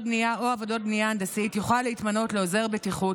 בנייה או עבודות בנייה הנדסית יוכל להתמנות לעוזר בטיחות,